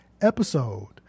episode